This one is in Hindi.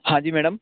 हाँ जी मैडम